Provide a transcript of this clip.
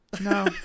No